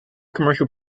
commercial